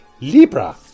Libra